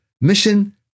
mission